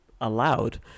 allowed